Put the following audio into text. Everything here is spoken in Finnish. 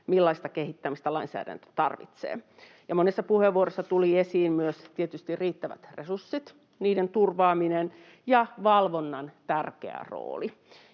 millaista kehittämistä lainsäädäntö tarvitsee. Monessa puheenvuorossa tuli esiin tietysti myös riittävät resurssit, niiden turvaaminen ja valvonnan tärkeä rooli.